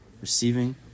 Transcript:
receiving